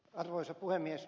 arvoisa puhemies